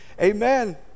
Amen